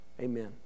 amen